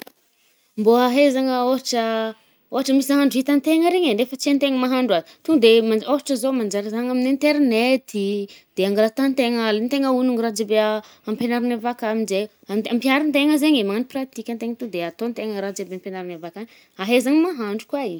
Mbô ahezagna ôhatra, ôhatra misy ahandro itan-tegna regny e, nefa tsy hain-tegna mahandro azy, to nde manj-ôhatra zao manjary zahagna amin’ny internet ih, de angalàntahan-tegna alen-tegna ognony raha jiaby ampianarigny avy akagny minje ampiarign-tegna zaigny e, managno pratika antegna to nde ataon-tegna raha jiaby ampianarigny avakagny. Ahezagna mahandro koà igny.